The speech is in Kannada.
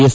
ಎಸ್